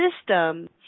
system